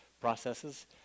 processes